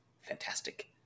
fantastic